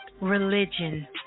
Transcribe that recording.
religion